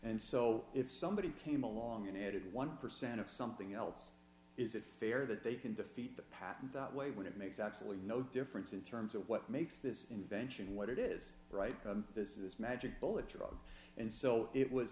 and so if somebody came along and added one percent of something else is it fair that they can defeat the patent that way when it makes absolutely no difference in terms of what makes this invention what it is right this is this magic bullet drug and so it was